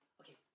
okay